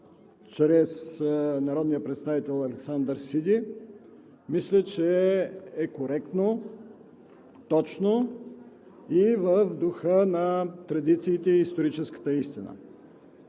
чрез народния представител Александър Сиди, мисля, че е коректно, точно и в духа на традициите и историческата истина.